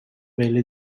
belli